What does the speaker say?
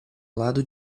lado